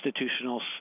institutional